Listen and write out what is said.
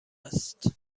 است